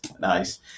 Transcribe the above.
nice